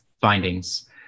findings